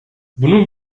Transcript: bunun